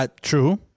True